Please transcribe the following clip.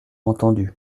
entendu